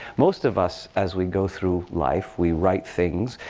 most of us, as we go through life, we write things.